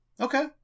okay